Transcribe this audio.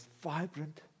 vibrant